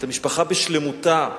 את המשפחה בשלמותה,